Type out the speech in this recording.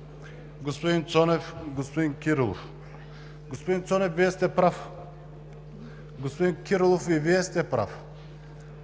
сте прав. Господин Кирилов, и Вие сте прав